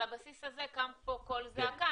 על הבסיס הזה קם פה קול זעקה,